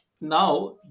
Now